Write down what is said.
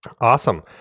awesome